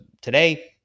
today